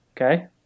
okay